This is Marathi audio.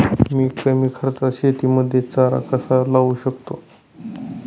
मी कमी खर्चात शेतीमध्ये चारा कसा लावू शकतो?